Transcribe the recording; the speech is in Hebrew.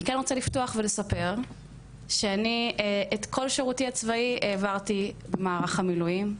אני כן רוצה לפתוח ולספר שאני את כל שירותי הצבאי העברתי מערך המילואים,